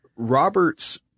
Roberts